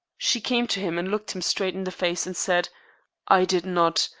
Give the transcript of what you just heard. she came to him and looked him straight in the face, and said i did not.